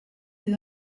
des